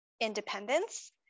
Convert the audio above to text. independence